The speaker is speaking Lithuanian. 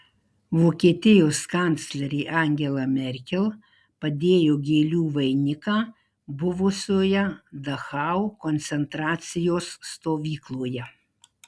vokietijos kanclerė angela merkel padėjo gėlių vainiką buvusioje dachau koncentracijos stovykloje